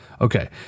Okay